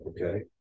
okay